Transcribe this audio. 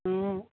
অঁ